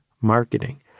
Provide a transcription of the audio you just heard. marketing